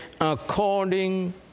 according